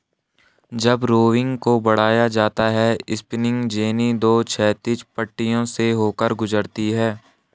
जब रोविंग को बढ़ाया जाता है स्पिनिंग जेनी दो क्षैतिज पट्टियों से होकर गुजरती है